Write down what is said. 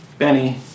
Benny